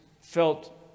felt